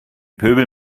pöbel